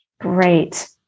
Great